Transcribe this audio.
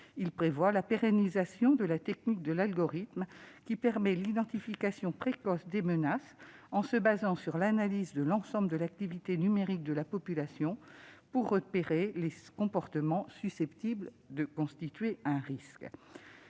Il prévoit la pérennisation de la technique de l'algorithme, qui permet l'identification précoce des menaces en se fondant sur l'analyse de l'ensemble de l'activité numérique de la population, pour repérer les comportements susceptibles de constituer un risque.